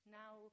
now